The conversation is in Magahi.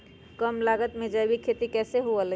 कम लागत में जैविक खेती कैसे हुआ लाई?